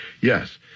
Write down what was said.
Yes